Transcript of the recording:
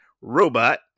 robot